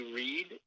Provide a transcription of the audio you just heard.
read